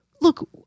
look